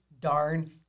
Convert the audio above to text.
darn